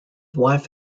wife